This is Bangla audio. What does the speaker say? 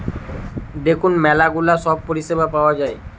দেখুন ম্যালা গুলা সব পরিষেবা পাওয়া যায়